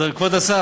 אז, כבוד השר,